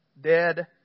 dead